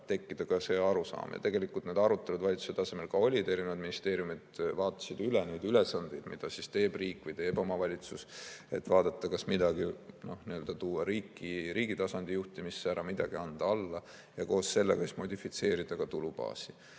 tekkida see arusaam, ja tegelikult need arutelud valitsuse tasemel ka olid. Erinevad ministeeriumid vaatasid üle ülesandeid, mida teeb riik ja mida teeb omavalitsus, et vaadata, kas midagi tuua riigi tasandi juhtimisse, midagi anda alla ja koos sellega modifitseerida ka tulubaasi.